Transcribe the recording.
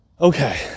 okay